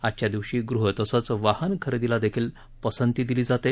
आजच्या दिवशी गृह तसंच वाहन खरेदीला देखील पसंती दिली जाते